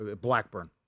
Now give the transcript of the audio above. Blackburn